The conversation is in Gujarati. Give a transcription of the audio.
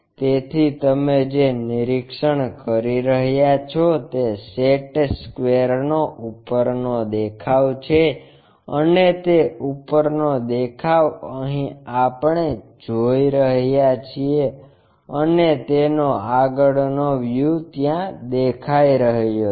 તેથી તમે જે નિરીક્ષણ કરી રહ્યા છો તે સેટ સ્ક્વેર નો ઉપરનો દેખાવ છે અને તે ઉપરનો દેખાવ અહીં આપણે જોઈ રહ્યા છીએ અને તેનો આગળનો વ્યૂ ત્યાં દેખાઈ રહ્યો છે